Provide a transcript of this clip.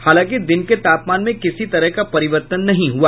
हालांकि दिन के तापमान में किसी तरह का परिवर्तन नहीं हुआ